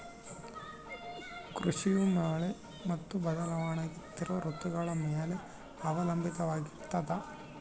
ಕೃಷಿಯು ಮಳೆ ಮತ್ತು ಬದಲಾಗುತ್ತಿರೋ ಋತುಗಳ ಮ್ಯಾಲೆ ಅವಲಂಬಿತವಾಗಿರ್ತದ